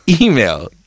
email